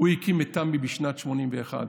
הוא הקים את תמ"י בשנת 1981,